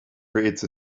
creates